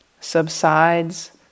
subsides